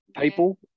people